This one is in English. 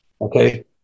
okay